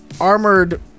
armored